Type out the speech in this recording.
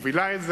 מובילה את זה.